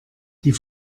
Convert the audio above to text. die